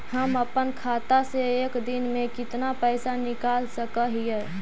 हम अपन खाता से एक दिन में कितना पैसा निकाल सक हिय?